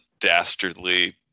dastardly